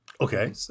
Okay